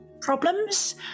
problems